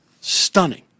stunning